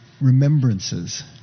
remembrances